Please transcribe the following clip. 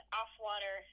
off-water